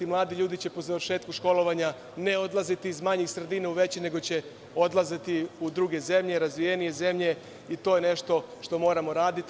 Mladi ljudi će po završetku školovanja ne odlaziti iz manjih sredina u veće nego će odlaziti u druge zemlje, razvijenije zemlje i to je nešto što moramo raditi.